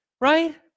right